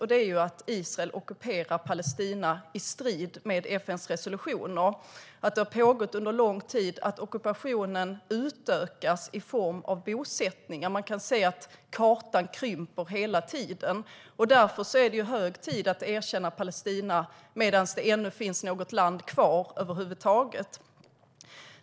Och det är att Israel ockuperar Palestina i strid med FN:s resolutioner. Det har pågått under lång tid, och ockupationen utökas i form av bosättningar. Kartan krymper hela tiden. Det är därför hög tid att erkänna Palestina, medan det finns något land kvar över huvud taget.